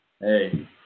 hey